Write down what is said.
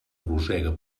rosega